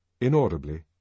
Inaudibly